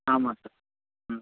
ஆமாம் சார் ம்